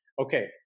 Okay